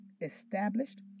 established